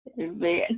Amen